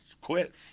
quit